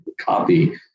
copy